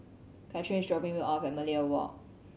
Katheryn is dropping me off at Millenia Walk